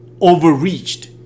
overreached